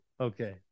Okay